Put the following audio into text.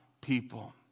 people